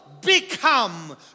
become